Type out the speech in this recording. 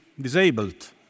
disabled